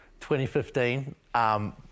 2015